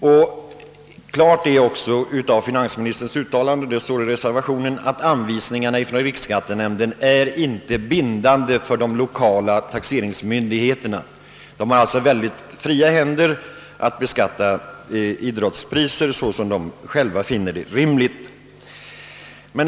Av finansministerns uttalande framgår såsom man kan läsa i reservationen — att anvisningarna från riksskattenämnden inte är bindande för de lokala taxeringsmyndigheterna. Dessa har mycket fria händer då det gäller att beskatta idrottspriser.